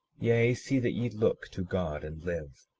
yea, see that ye look to god and live.